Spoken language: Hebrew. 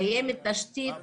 קיימת תשתית